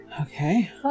Okay